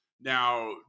Now